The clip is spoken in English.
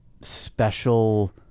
special